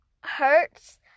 hurts